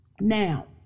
Now